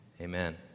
amen